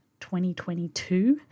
2022